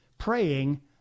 praying